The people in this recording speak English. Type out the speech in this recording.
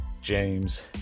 James